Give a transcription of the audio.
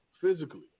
physically